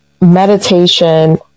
meditation